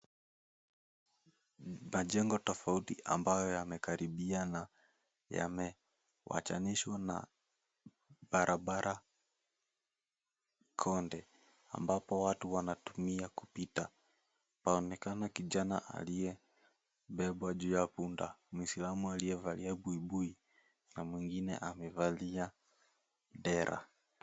Make go tofafauti am ambayo yamekaribiana yameachanishwa na barbara konde ambapo watu wanatumia kupita inaonekana kijana aliyebeba bunda muislamu aliye valia buibui na me engine amevalia dera.